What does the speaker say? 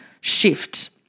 shift